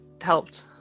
helped